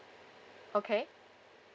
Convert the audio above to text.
okay